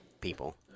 people